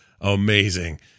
Amazing